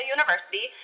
University